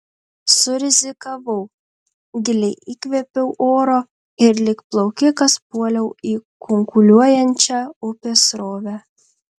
surizikavau giliai įkvėpiau oro ir lyg plaukikas puoliau į kunkuliuojančią upės srovę